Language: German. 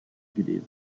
gelesen